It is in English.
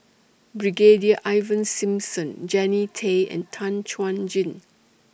Brigadier Ivan Simson Jannie Tay and Tan Chuan Jin